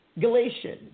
Galatians